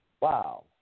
Wow